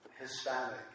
Hispanic